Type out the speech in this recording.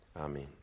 Amen